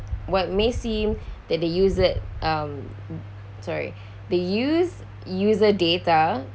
what may seem that they use it um sorry they used user data